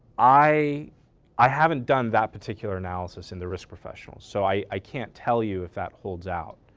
i i haven't done that particular analysis in the risk professional so i i can't tell you if that holds out.